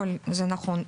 זה נכון.